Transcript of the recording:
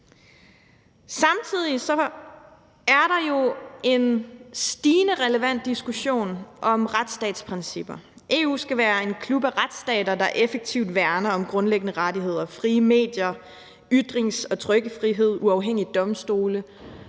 Samtidig er der jo en stigende relevant diskussion om retsstatsprincipper. EU skal være en klub af retsstater, der effektivt værner om grundlæggende rettigheder, frie medier, ytrings- og trykkefrihed, uafhængige domstole